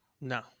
no